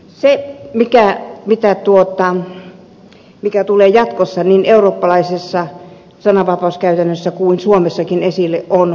se mikä tulee jatkossa niin eurooppalaisessa sananvapauskäytännössä kuin suomessakin esille on vuotajien asema